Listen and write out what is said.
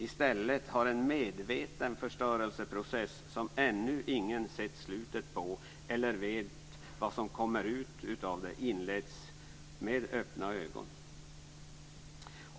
I stället har en medveten förstörelseprocess, som ingen ännu sett slutet på eller vet vad som kommer ut utav, inletts med öppna ögon.